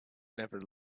never